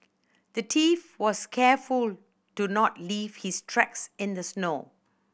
the thief was careful to not leave his tracks in the snow